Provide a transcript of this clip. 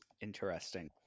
Interesting